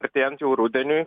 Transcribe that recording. artėjant jau rudeniui